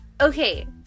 okay